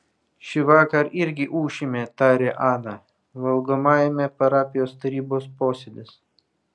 šįvakar irgi ūšime tarė ana valgomajame parapijos tarybos posėdis